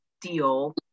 deal